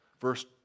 verse